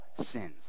sins